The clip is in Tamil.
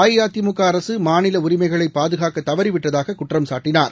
அஇஅதிமுகஅரசு மாநிலஉரிமைகளைபாதுகாக்கதவறிவிட்டதாககுற்றம் சாட்டினார்